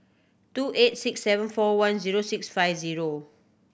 two eight six seven four one zero six five zero